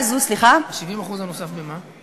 ה-70% הנוספים במה?